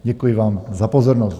Děkuji vám za pozornost.